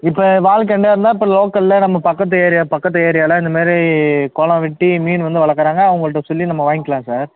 இப்போ வால்கெண்டையா இருந்தால் இப்போ லோக்கலில் நம்ம பக்கத்து ஏரியா பக்கத்து ஏரியாவில் இந்த மாரி குளம் வெட்டி மீன் வந்து வளர்க்குறாங்க அவங்கள்ட்ட சொல்லி நம்ம வாங்கிக்கலாம் சார்